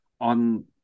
on